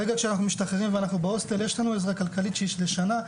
ברגע שאנחנו משתחררים ואנחנו בהוסטל יש לנו עזרה כלכלית לשנה.